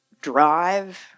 drive